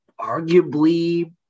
arguably